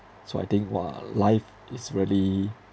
so I think !wah! life is really